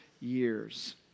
years